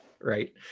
Right